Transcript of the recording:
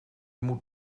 moet